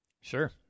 Sure